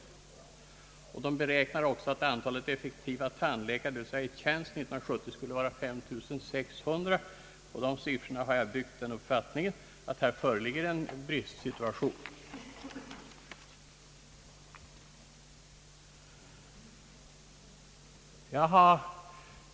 Delegationen beräknar också att antalet tandläkare som är i tjänst år 1970 skulle vara 5 600. På de siffrorna har jag byggt den uppfattningen att här föreligger en bristsituation.